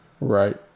Right